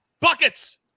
Buckets